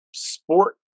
sport